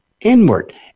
inward